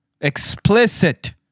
Explicit